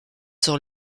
sur